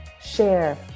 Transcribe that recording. share